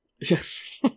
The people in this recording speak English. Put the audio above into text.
Yes